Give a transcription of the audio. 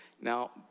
Now